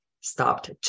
stopped